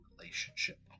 relationship